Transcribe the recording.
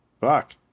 Fuck